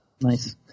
Nice